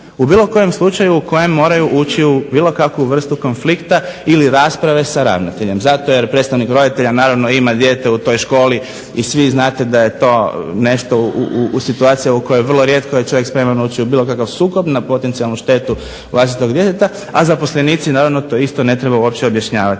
u bilo kojem slučaju u kojem moraju ući u bilo kakvu vrstu konflikta ili rasprave sa ravnateljem zato jer predstavnik roditelja naravno ima dijete u toj školi i svi znate da je to nešto, situacija u kojoj vrlo rijetko je čovjek spreman ući u bilo kakav sukob na potencijalnu štetu vlastitog djeteta, a zaposlenici naravno to isto ne trebaju uopće objašnjavati